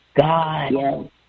God